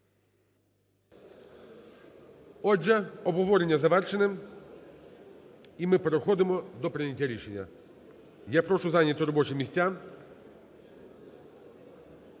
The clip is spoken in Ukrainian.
Отже, обговорення завершене, і ми переходимо до прийняття рішення. Я прошу зайняти робочі місця,